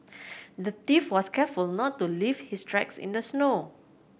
the was careful not to leave his tracks in the snow